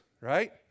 right